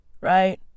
Right